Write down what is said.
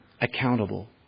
accountable